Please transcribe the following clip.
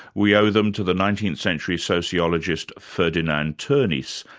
we owe them to the nineteenth century sociologist ferdinand tonnies,